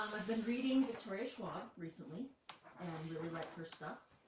i've been reading victoria schwab recently and really liked her stuff.